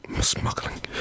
smuggling